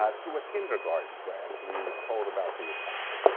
ah to a kindergarten class when he was told about the attack.